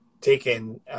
taken